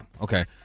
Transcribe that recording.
okay